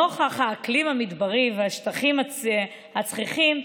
נוכח האקלים המדברי והשטחים הצחיחים,